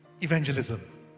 evangelism